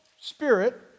spirit